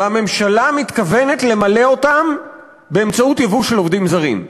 והממשלה מתכוונת למלא אותם באמצעות ייבוא של עובדים זרים.